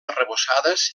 arrebossades